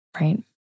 right